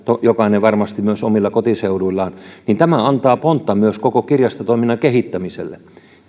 jokainen varmasti myös omilla kotiseuduillaan antaa pontta myös koko kirjastotoiminnan kehittämiselle